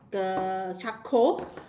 the charcoal